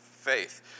Faith